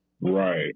right